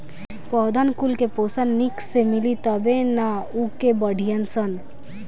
पौधन कुल के पोषन निक से मिली तबे नअ उ के बढ़ीयन सन